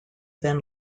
than